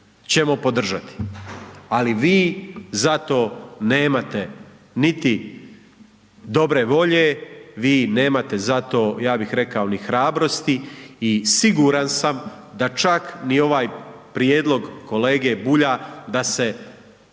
ćemo podržati. Ali vi za to nemate niti dobre volje, vi nemate za to ja bih rekao ni hrabrosti i siguran sam da čak ni ovaj prijedlog kolege Bulja, da se